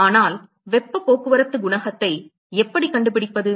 ஆனால் வெப்பப் போக்குவரத்துக் குணகத்தை எப்படிக் கண்டுபிடிப்பது